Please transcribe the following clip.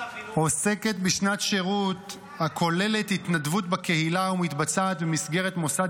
עוסקת בשנת שירות הכוללת התנדבות בקהילה ומתבצעת במסגרת מוסד